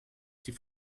die